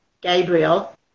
Gabriel